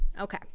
Okay